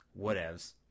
whatevs